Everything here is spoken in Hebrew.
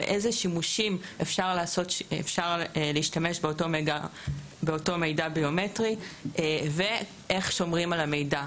איזה שימושים אפשר לעשות באותו מידע ביומטרי ואיך שומרים על המידע.